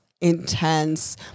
intense